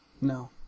No